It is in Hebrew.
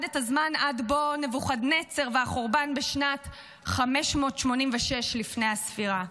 את הזמן עד בוא נבוכדנצר והחורבן בשנת 586 לפני הספירה.